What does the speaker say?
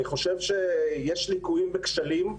אני חושב שיש ליקויים וכשלים,